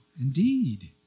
indeed